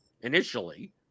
initially